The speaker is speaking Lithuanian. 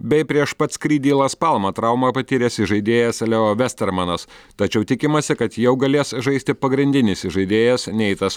bei prieš pat skrydį į las palmą traumą patyręs įžaidėjas leo vestermanas tačiau tikimasi kad jau galės žaisti pagrindinis įžaidėjas neitas